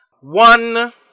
One